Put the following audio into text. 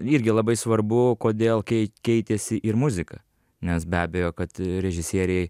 irgi labai svarbu kodėl kei keitėsi ir muzika nes be abejo kad režisieriai